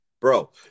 bro